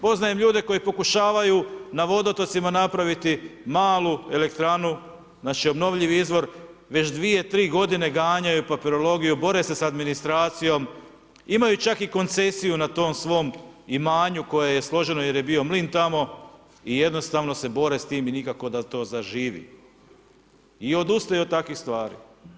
Poznajem ljude koji pokušavaju na vodotocima napraviti malu elektranu, znači obnovljivi izvor, već 2, 3 g. ganjaju papirologiju, bore se s administracijom, imaju čak i koncesiju na tom svom imanju, koje je složeno, jer je bio mlin tamo i jednostavno se bore s tim i nikako da to zaživi i odustaju od takvih stvari.